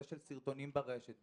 של סרטונים ברשת,